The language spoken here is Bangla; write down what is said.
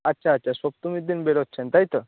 আচ্ছা আচ্ছা সপ্তুমীর দিন বেরোচ্ছেন তাই তো